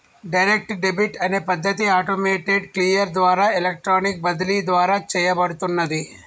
direct debit అనే పద్ధతి automated clear ద్వారా ఎలక్ట్రానిక్ బదిలీ ద్వారా చేయబడుతున్నాది